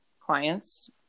clients